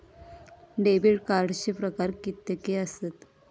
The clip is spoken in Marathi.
डेबिट कार्डचे प्रकार कीतके आसत?